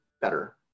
better